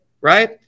Right